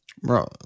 Bro